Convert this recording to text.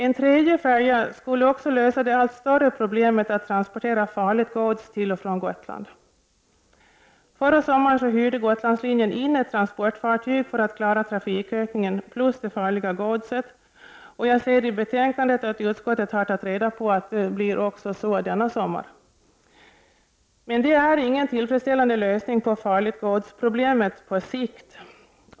En tredje färja skulle även lösa det allt större problemet att transportera farligt gods till och från Gotland. Förra sommaren hyrde Gotlandslinjen in ett transportfartyg för att klara trafikökningen plus det farliga godset, och jag ser i betänkandet att utskottet tagit reda på att det blir så också denna sommar. Men det är ingen tillfredsställande lösning på problemet med farligt gods på sikt.